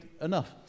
enough